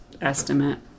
estimate